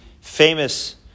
famous